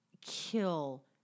kill